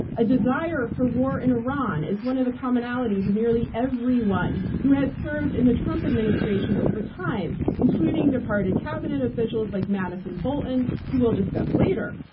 a desire for war in iran is one of the commonalities of nearly everyone who has served in the trump administration over time, including departed cabinet officials officials like mattis and bolton, who we'll discuss later.